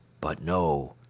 but no,